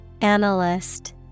Analyst